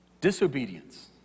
disobedience